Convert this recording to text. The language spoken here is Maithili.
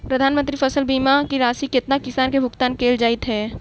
प्रधानमंत्री फसल बीमा की राशि केतना किसान केँ भुगतान केल जाइत है?